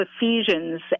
Ephesians